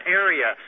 area